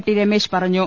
T Ramesh പറഞ്ഞു